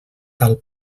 tal